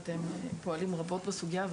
כי אתם פועלים רבות בסוגייה,